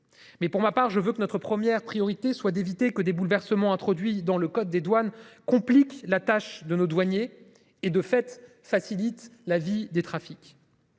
Mais pour ma part, je veux que notre première priorité soit d'éviter que des bouleversements introduits dans le code des douanes complique la tâche de nos douaniers et de fait, facilite la vie des trafics.